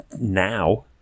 Now